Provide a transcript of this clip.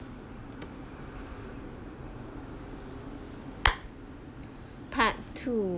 part two